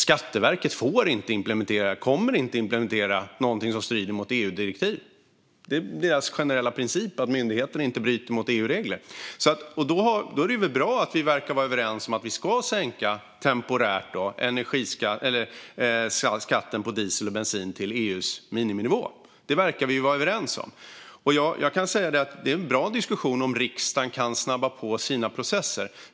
Skatteverket kommer inte att implementera något som strider mot EU-direktiv. Myndigheternas generella princip är att inte bryta mot EU-regler. Då är det väl bra att vi är överens om att temporärt sänka skatten på diesel och bensin till EU:s miniminivå. Det vore bra att diskutera om riksdagen kan snabba på sina processer.